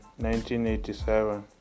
1987